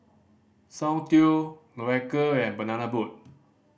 Soundteoh Loacker and Banana Boat